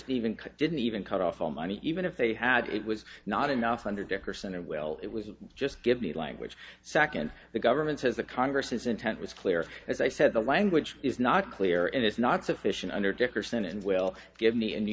could didn't even cut off all money even if they had it was not enough under dickerson or will it was just give the language second the government has the congress's intent was clear as i said the language is not clear and it's not sufficient under dickerson and will give me in new